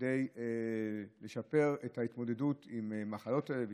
כדי לשפר את ההתמודדות עם מחלות הלב,